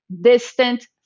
distant